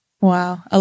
Wow